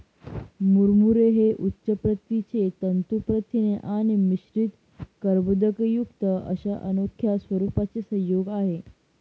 मुरमुरे हे उच्च प्रतीचे तंतू प्रथिने आणि मिश्रित कर्बोदकेयुक्त अशा अनोख्या स्वरूपाचे संयोग आहे